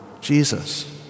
Jesus